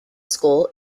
school